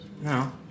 No